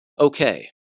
Okay